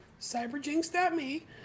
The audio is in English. cyberjinx.me